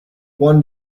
one